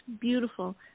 beautiful